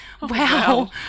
Wow